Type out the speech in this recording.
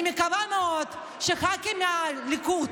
אני מקווה מאוד שלח"כים מהליכוד